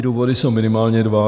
Důvody jsou minimálně dva.